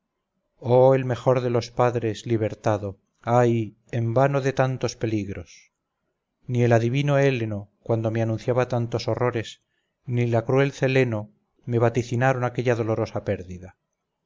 oh el mejor de los padres libertado ay en vano de tantos peligros ni el adivino héleno cuando me anunciaba tantos horrores ni la cruel celeno me vaticinaron aquella dolorosa pérdida